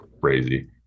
crazy